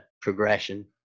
progression